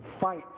Fight